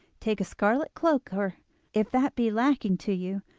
take a scarlet cloak, or if that be lacking to you,